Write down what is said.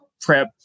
prep